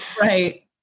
Right